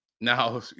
Now